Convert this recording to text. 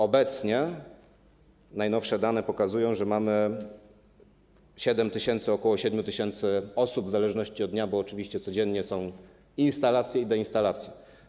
Obecnie najnowsze dane pokazują, że mamy w nim ok. 7 tys. osób, w zależności od dnia, bo oczywiście codziennie są instalacje i deinstalacje.